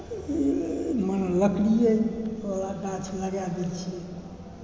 लकड़िये लऽ गाछ लगा दै छियै